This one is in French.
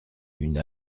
une